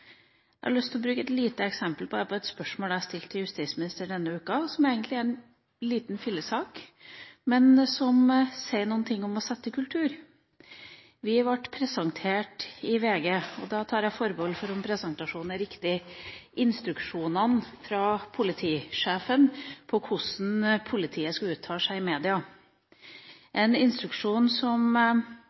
Jeg vil bruke et lite eksempel på et spørsmål jeg stilte til justisministeren denne uka, som egentlig er en liten fillesak, men som sier noe om å sette en kultur. Jeg tar forbehold om at presentasjonen er riktig, men i VG ble vi presentert for instruksjonene fra politisjefen om hvordan politiet skulle uttale seg i media. Jeg oppfatter instruksjonene som